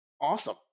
Awesome